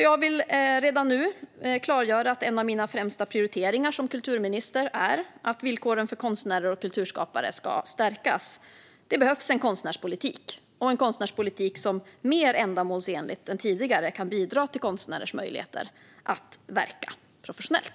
Jag vill redan nu klargöra att en av mina främsta prioriteringar som kulturminister är att villkoren för konstnärer och kulturskapare ska stärkas. Det behövs en konstnärspolitik som mer ändamålsenligt än tidigare kan bidra till konstnärers möjligheter att verka professionellt.